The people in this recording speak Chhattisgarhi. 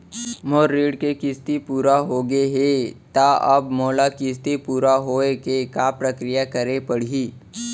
मोर ऋण के किस्ती पूरा होगे हे ता अब मोला किस्ती पूरा होए के का प्रक्रिया करे पड़ही?